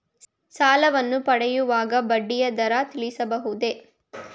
ಸಾಲವನ್ನು ಪಡೆಯುವಾಗ ಬಡ್ಡಿಯ ದರ ತಿಳಿಸಬಹುದೇ?